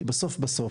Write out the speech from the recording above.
כי בסוף בסוף,